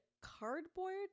cardboard